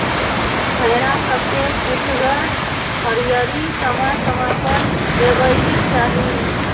भेड़ा सभके पुठगर हरियरी समय समय पर देबेके चाहि